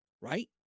right